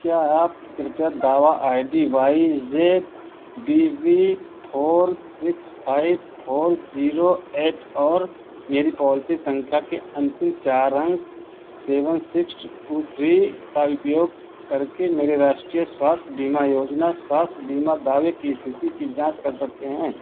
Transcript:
क्या आप कृपया दावा I D Y J B B four six five four zero eight और मेरी पॉलिसी संख्या के अंतिम चार अंक सेवेन सिक्स टू थ्री का उपयोग करके मेरे राष्ट्रीय स्वास्थ्य बीमा योजना स्वास्थ्य बीमा दावे की स्थिति की जांच कर सकते हैं